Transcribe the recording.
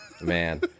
Man